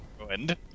ruined